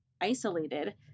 isolated